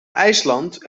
ijsland